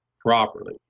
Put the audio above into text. properly